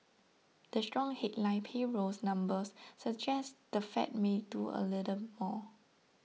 the strong headline payrolls numbers suggest the Fed may do a little more